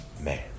man